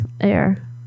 air